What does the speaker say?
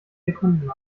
sekunden